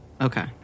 Okay